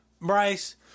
Bryce